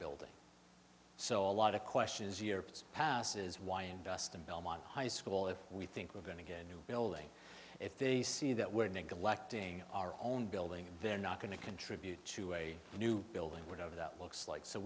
building so a lot of questions erupt passes why invest in belmont high school if we think we're going to get a new building if they see that we're neglecting our own building and they're not going to contribute to a new building wood over that looks like so